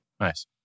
Nice